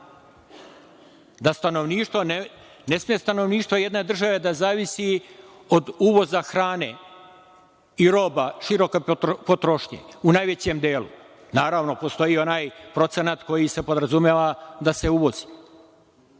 hrane. Ne sme stanovništvo jedne države da zavisi od uvoza hrane i roba široke potrošnje u najvećem delu. Naravno, postoji onaj procenat koji se podrazumeva da se uvozi.